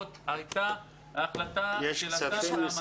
זאת הייתה החלטה של המנכ"ל.